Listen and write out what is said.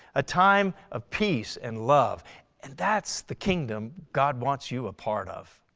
a time of peace and love and that's the kingdom god wants you a part of.